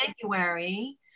January